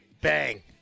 bang